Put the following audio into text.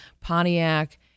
Pontiac